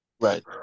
Right